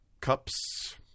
cups